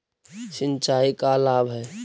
सिंचाई का लाभ है?